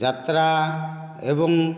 ଯାତ୍ରା ଏବଂ